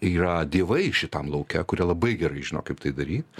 yra dievai šitam lauke kurie labai gerai žino kaip tai daryt